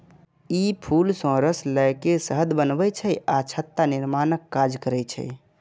ई फूल सं रस लए के शहद बनबै छै आ छत्ता निर्माणक काज करै छै